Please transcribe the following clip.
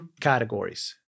categories